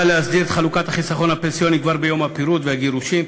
באה להסדיר את חלוקת החיסכון הפנסיוני כבר ביום הפירוד והגירושין,